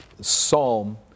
psalm